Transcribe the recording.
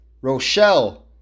Rochelle